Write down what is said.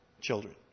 children